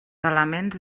elements